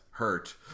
hurt